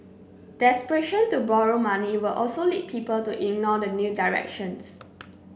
desperation to borrow money will also lead people to ignore the new directions